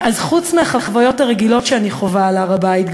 אז חוץ מהחוויות הרגילות שאני חווה על הר-הבית,